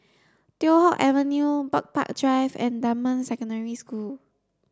Teow Hock Avenue Bird Park Drive and Dunman Secondary School